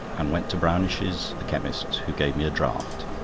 and went to brownish's, the chemist, who gave me a draught.